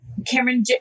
Cameron